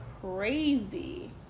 crazy